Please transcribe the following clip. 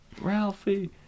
ralphie